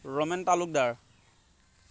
Ramen Talukdar